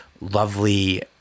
lovely